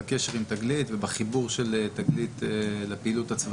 בקשר עם 'תגלית' ובחיבור של 'תגלית' לפעילות הצבאית.